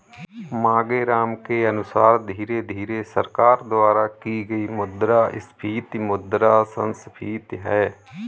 मांगेराम के अनुसार धीरे धीरे सरकार द्वारा की गई मुद्रास्फीति मुद्रा संस्फीति है